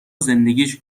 زندگیش